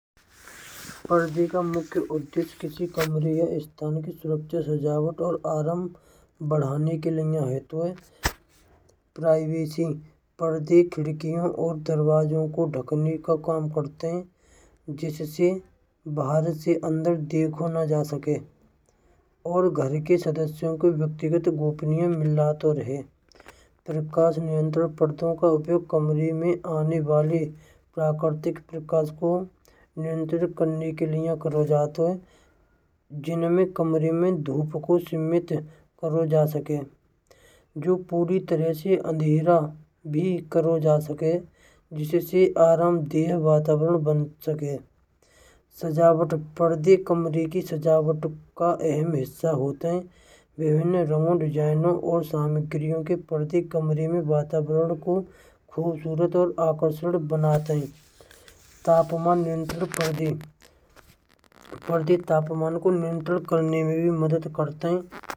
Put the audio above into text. अरबी का मुख्य उद्देश्य किसी कमरे की सुरक्षा सजावट और आराम बढ़ाने के लिए होता है। प्राइवेसी पर्दे और खिड़कियों, दरवाज़ों को ढकने का काम करते हैं। जिससे बाहर से अंदर देखा न जा सके। और घर के सदस्यों को व्यक्तिगत गोपनीयता में मिलता रहे। प्रकाश नियंत्रण पर्दों का प्रयोग आने वाले प्राकृतिक प्रकाश को नियंत्रित करने के लिए किया जाता है। जिनमें कमरे में धूप को सीमित किया जा सके। जो पूरी तरह से अंधेरा भी किया जा सके। जिससे आरामदेय वातावरण बन सके। सजावट: पर्दे कमरे की सजावट का अहम हिस्सा होते हैं। विभिन्न रंगों डिज़ाइनों और सामग्रियों के पर्दे कमरे में वातावरण को खूबसूरत और आकर्षक बनाते हैं। तापमान नियंत्रण पर्दे: पर्दे तापमान को भी नियंत्रण करने में मदद करते हैं।